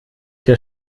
der